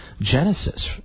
genesis